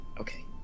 okay